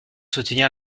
soutenir